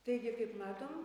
taigi kaip matom